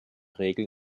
regel